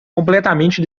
completamente